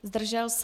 Zdržel se?